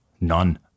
None